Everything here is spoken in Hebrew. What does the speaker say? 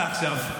מה אתה עכשיו?